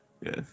Yes